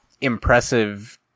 impressive